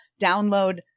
download